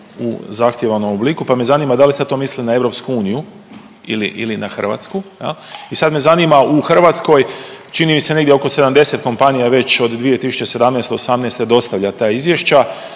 u zahtijevanom obliku, pa me zanima da li se to misli na EU ili na Hrvatsku. I sad me zanima u Hrvatskoj čini mi se negdje oko 70 kompanija je već od 2017., osamnaeste dostavlja ta izvješća